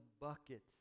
bucket